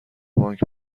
بانک